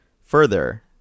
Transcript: further